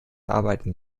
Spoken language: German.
arbeiten